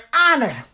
honor